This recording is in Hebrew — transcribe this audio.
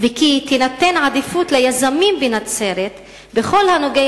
וכי תינתן עדיפות ליזמים בנצרת בכל הנוגע